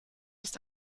ist